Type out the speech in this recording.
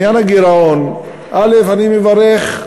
אלא אם כן אתה רוצה